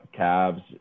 Cavs